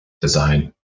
design